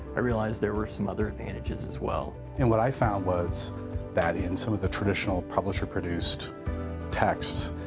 i realized there were some other advantages as well. and what i found was that in some of the traditional publisher produced texts,